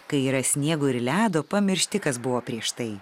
kai yra sniego ir ledo pamiršti kas buvo prieš tai